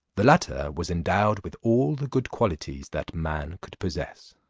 the latter was endowed with all the good qualities that man could possess.